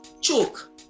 choke